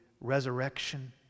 resurrection